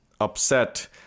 upset